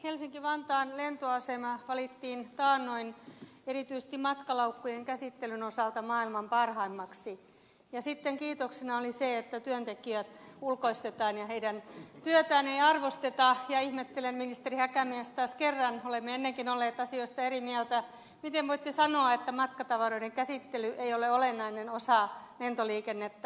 helsinki vantaan lentoasema valittiin taannoin erityisesti matkalaukkujen käsittelyn osalta maailman parhaimmaksi ja sitten kiitoksena oli se että työntekijät ulkoistetaan ja heidän työtään ei arvosteta ja ihmettelen ministeri häkämies taas kerran olemme ennenkin olleet asioista eri mieltä miten voitte sanoa että matkatavaroiden käsittely ei ole olennainen osa lentoliikennettä